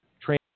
train